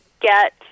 get